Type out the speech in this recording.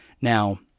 Now